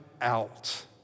out